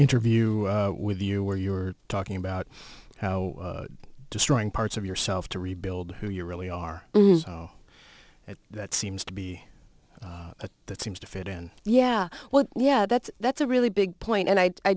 interview with you where you're talking about how destroying parts of yourself to rebuild who you really are that seems to be that seems to fit in yeah well yeah that's that's a really big point and i